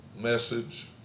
message